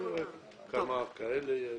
כמה כאלה יש?